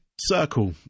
circle